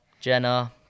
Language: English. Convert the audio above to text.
Jenna